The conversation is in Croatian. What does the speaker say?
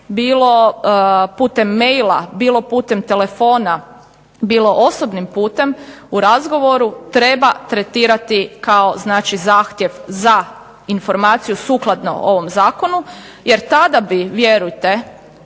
bilo putem e-maila, bilo putem telefona, bilo osobnim putem u razgovoru treba tretirati kao znači zahtjev za informaciju sukladno ovom zakonu jer tada bi vjerujte